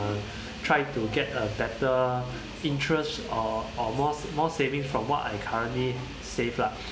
uh tried to get a better interest or or more more savings from what I currently save lah